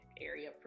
area